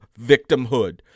victimhood